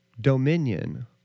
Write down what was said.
dominion